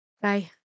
Bye